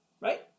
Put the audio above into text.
right